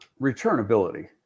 Returnability